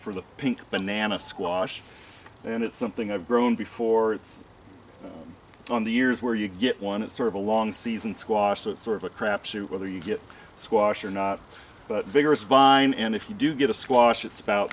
for the pink banana squash and it's something i've grown before it's on the years where you get one it's sort of a long season squash so it's sort of a crapshoot whether you get squashed or not but vigorous vine and if you do get a squash it's about